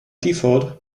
default